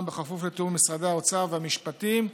בכפוף לתיאום עם משרדי האוצר והמשפטים.